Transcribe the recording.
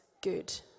good